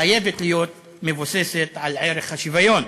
חייבת להיות מבוססת על ערך השוויון.